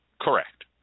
correct